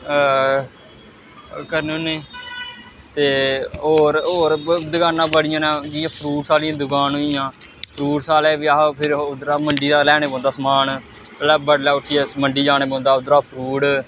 हां करने होन्ने ते होर होर दकानां बड़ियां न जियां फ्रूटस आह्ली दकान होई गेइयां फ्रूटस आह्ले गी बी अस फिर उद्धरा मंडी दा लेआने पौंदा समान जिसले बडलै उट्ठियै मंडी च जाना पौंदे उद्धरा फ्रूट